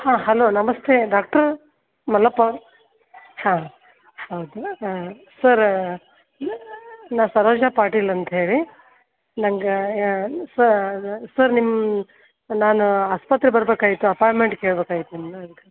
ಹಾಂ ಹಲೋ ನಮಸ್ತೆ ಡಾಕ್ಟ್ರ್ ಮಲ್ಲಪ್ಪ ಅವ್ರಾ ಹಾಂ ಹೌದು ಸರ್ ನಾ ಸರೋಜ ಪಾಟೀಲ್ ಅಂತ ಹೇಳಿ ನಂಗೆ ಸರ್ ನಿಮ್ಮ ನಾನು ಆಸ್ಪತ್ರೆಗೆ ಬರ್ಬೇಕಾಗಿತ್ತು ಅಪಾಯಿಂಟ್ಮೆಂಟ್ ಕೇಳ್ಬಕಾಗಿತ್ತು ನಿಮ್ಮದು ಅದ್ಕೆ